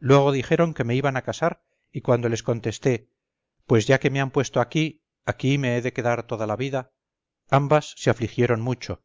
luego dijeron que me iban a casar y cuando les contesté pues ya que me han puesto aquí aquí me he de quedar toda la vida ambas se afligieron mucho